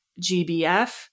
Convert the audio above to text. GBF